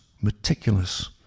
meticulous